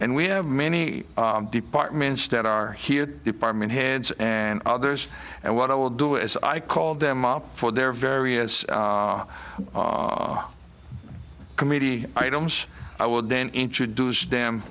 and we have many departments that are here department heads and others and what i will do is i called them up for their various our committee items i would then introduce them